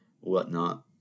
whatnot